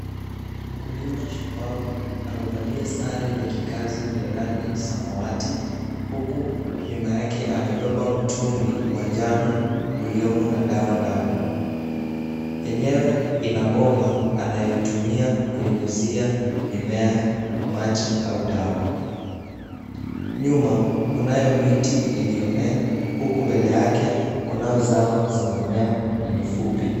Mkulima shupavu amevalia sare vya kikazi vya rangi samawati, huku nyuma yake amebeba mtungi wa njano uliomo na dawa ndani, enyewe, inabomba anayetumia kwenye nyusia, mimea, maji au dawa. Nyuma, kunayo miti iliyomea, huku mbele yake, kunayo zao zinamea na ni fupi.